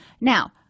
Now